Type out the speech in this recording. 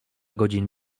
godzin